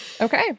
Okay